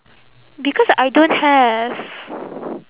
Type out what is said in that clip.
because I don't have